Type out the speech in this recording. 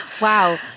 Wow